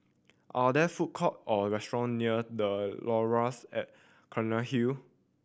are there food court or restaurant near The Laurels at Cairnhill